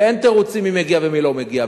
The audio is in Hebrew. ואין תירוצים מי מגיע ומי לא מגיע.